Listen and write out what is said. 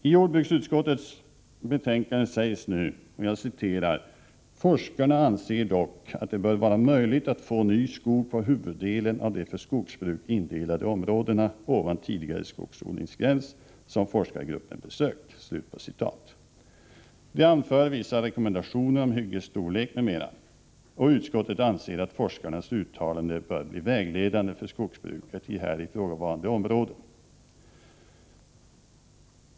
I jordbruksutskottets betänkande står följande: ”Forskarna anser dock att det bör vara möjligt att få ny skog på huvuddelen av de för skogsbruk indelade områdena ovan tidigare skogsodlingsgräns som forskargruppen besökt.” Man anför vissa rekommendationer om hyggesstorlek m.m. Utskottet anser att forskarnas uttalanden bör bli vägledande för skogsbruket i här ifrågavarande områden.